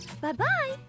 Bye-bye